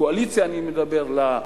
אני מדבר על הקואליציה,